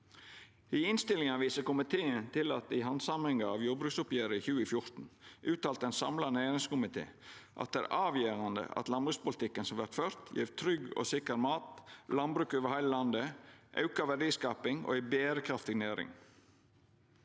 I innstillinga viser komiteen til at i handsaminga av jordbruksoppgjeret 2014 uttalte ein samla næringskomité at det er avgjerande at landbrukspolitikken som vert ført, gjev trygg og sikker mat, landbruk over heile landet, auka verdiskaping og ei berekraftig næring.